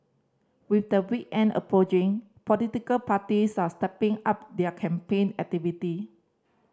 with the weekend approaching political parties are stepping up their campaign activity